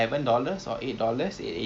boleh juga kita cycle ke ubin